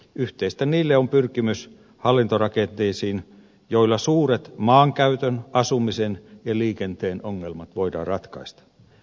yhteistä niille on pyrkimys hallintorakenteisiin joilla suuret maankäytön asumisen ja liikenteen ongelmat voidaan ratkaista